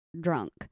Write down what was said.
drunk